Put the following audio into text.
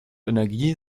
energie